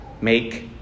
make